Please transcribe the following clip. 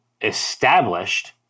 established